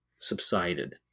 subsided